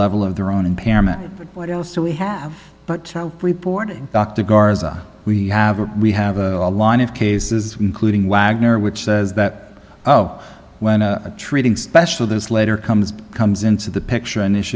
level of their own impairment what else do we have but reporting dr garza we have a we have a whole line of cases including wagner which says that oh when a treating special this later comes comes into the picture and